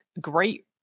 great